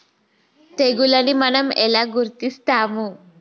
తెగులుని మనం ఎలా గుర్తిస్తాము?